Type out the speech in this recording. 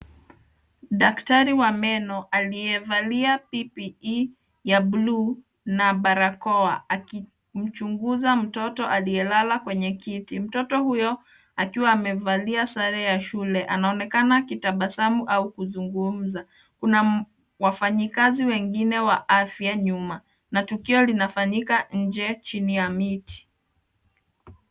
Daktari wa meno aliyevalia PPE ya buluu na barakoa akimchunguza mtoto aliyelala kwenye kiti. Mtoto huyo akiwa amevalia sare ya shule anaonekana akitabasaamu au kuzungumza. Kuna wafanyikazi wa afya nyuma na tukio linafanyika nje chini ya mti.